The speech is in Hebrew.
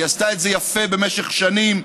היא עשתה את זה יפה במשך שנים.